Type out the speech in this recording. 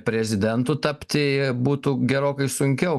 prezidentu tapti būtų gerokai sunkiau